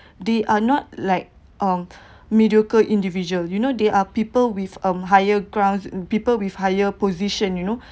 they are not like on mediocre individual you know there are people with a higher grounds people with higher position you know